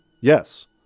Yes